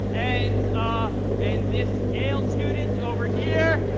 and ah and this yale student over here,